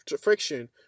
friction